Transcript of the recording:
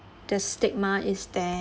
the stigma is there